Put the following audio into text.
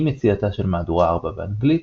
עם יציאתה של מהדורה 4 באנגלית,